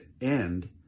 end